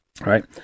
Right